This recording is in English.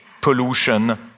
pollution